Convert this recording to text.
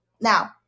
Now